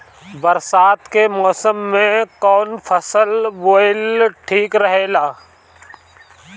बरसात के मौसम में कउन फसल बोअल ठिक रहेला?